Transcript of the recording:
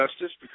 Justice